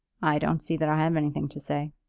i don't see that i have anything to say.